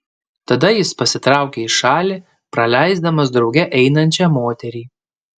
tada jis pasitraukia į šalį praleisdamas drauge einančią moterį